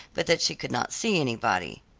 but that she could not see anybody.